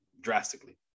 drastically